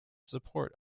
support